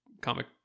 comic